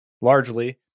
largely